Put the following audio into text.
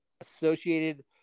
associated